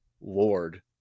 lord